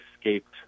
escaped